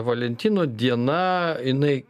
valentino diena jinai